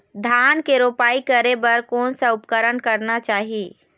धान के रोपाई करे बर कोन सा उपकरण करना चाही?